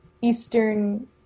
Eastern